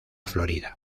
florida